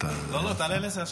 לא, לא, תעלה לעשר ישר.